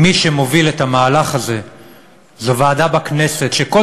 אם מי שמובילה את המהלך הזה זו ועדה בכנסת שכל